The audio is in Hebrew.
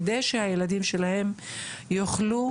כדי שהילדים שלהם יוכלו